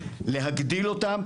להגדיל אותן.